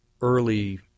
early